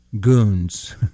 goons